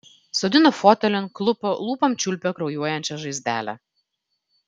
sodino fotelin klupo lūpom čiulpė kraujuojančią žaizdelę